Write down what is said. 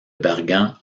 bergen